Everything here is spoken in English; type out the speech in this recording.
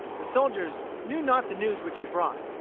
the soldiers knew not the news which he brought.